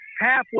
halfway